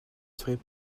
serait